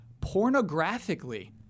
pornographically